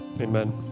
amen